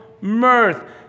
mirth